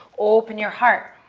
open your heart.